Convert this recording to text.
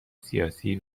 سیاسی